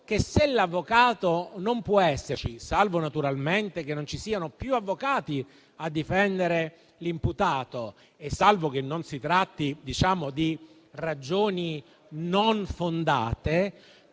se l'avvocato può non esserci, salvo naturalmente che non ci siano più avvocati a difendere l'imputato e salvo che non si tratti di ragioni non fondate.